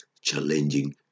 challenging